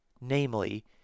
namely